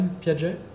Piaget